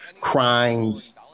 crimes